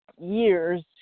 years